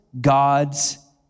God's